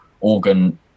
organ